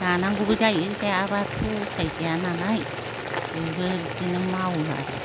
जानांगौबो जायो जायाबाथ' उफाय गैया नालाय बयबो बिदिनो मावो आरो